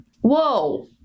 Whoa